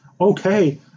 Okay